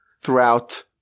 throughout